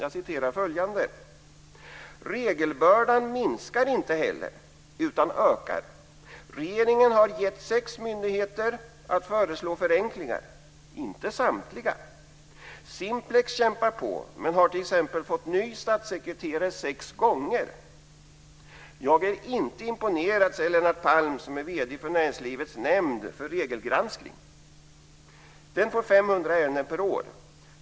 Jag citerar följande: "Regelbördan minskar inte heller - utan ökar. Regeringen har gett sex myndigheter i uppdrag att föreslå förenklingar, inte samtliga. Förenklingsgruppen Simplex kämpar på, men har till exempel fått ny statssekreterare sex gånger. 'Jag är inte imponerad' säger Lennart Palm som är VD för Näringslivets nämnd för regelgranskning. Den får 500 ärenden per år.